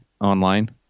online